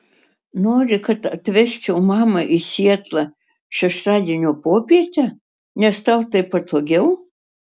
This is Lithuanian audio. nori kad atvežčiau mamą į sietlą šeštadienio popietę nes tau taip patogiau